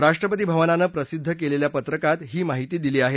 राष्ट्रपती भवनानं प्रसिद्ध केलेल्या पत्रकात ही माहिती दिली आहे